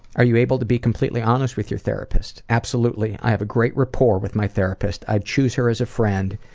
are you able to be completely honest with your therapist? absolutely. i have a great rapport with my therapist. i'd choose her as a friend